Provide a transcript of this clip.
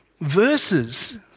verses